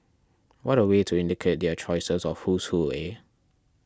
what a way to indicate their choice of who's who eh